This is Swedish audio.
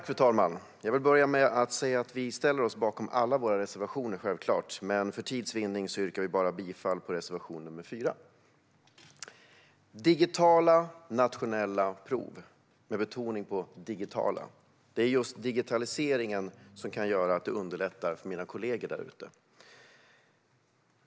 Fru talman! Vi ställer oss självklart bakom alla våra reservationer, men för tids vinnande yrkar jag bifall endast till reservation 3 under punkt 4. Nu handlar det om digitala nationella prov, med betoning på digitala. Det är just digitaliseringen som kan underlätta för mina kollegor där ute.